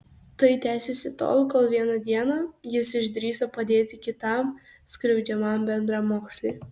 tai tęsėsi tol kol vieną dieną jis išdrįso padėti kitam skriaudžiamam bendramoksliui